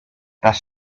das